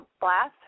blast